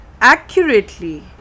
accurately